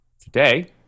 Today